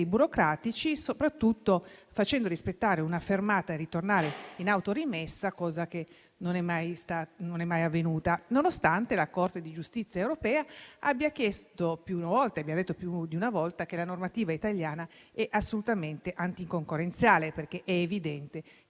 burocratici, e soprattutto facendo rispettare l'obbligo di fermata con ritorno in autorimessa, cosa che non è mai avvenuta, nonostante la Corte di giustizia europea abbia detto più di una volta che la normativa italiana è assolutamente anticoncorrenziale, perché è evidente